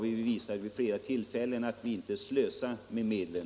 Vi har vid flera tillfällen visat att vi inte slösar med medlen.